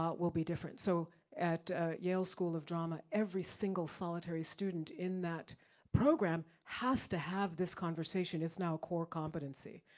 will be different. so at yale school of drama, every single solitary student in that program has to have this conversation, it's now a core competency.